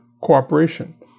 cooperation